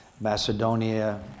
Macedonia